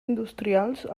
industrials